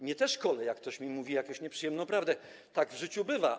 Mnie też kole, jak ktoś mi mówi jakąś nieprzyjemną prawdę, tak w życiu bywa.